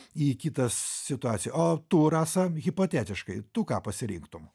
į kitą situaciją o tu rasa hipotetiškai tu ką pasirinktum